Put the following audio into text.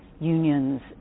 unions